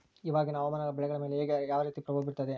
ಇವಾಗಿನ ಹವಾಮಾನ ಬೆಳೆಗಳ ಮೇಲೆ ಯಾವ ರೇತಿ ಪ್ರಭಾವ ಬೇರುತ್ತದೆ?